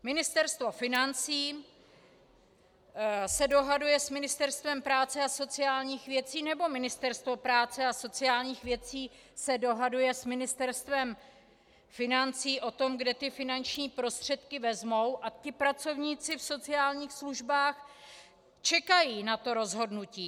Ministerstvo financí se dohaduje s Ministerstvem práce a sociálních věcí, nebo Ministerstvo práce a sociálních věcí se dohaduje s Ministerstvem financí o tom, kde ty finanční prostředky vezmou, a ti pracovníci v sociálních službách čekají na to rozhodnutí.